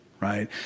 right